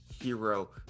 hero